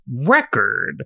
record